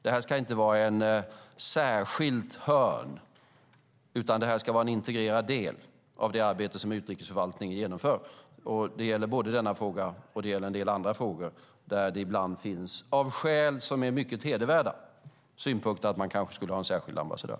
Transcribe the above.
Detta ska inte vara ett särskilt hörn utan en integrerad del av det arbete som utrikesförvaltningen genomför. Det gäller både denna fråga och en del andra frågor där det ibland - av skäl som är mycket hedervärda - finns synpunkter på att man kanske skulle ha en särskild ambassadör.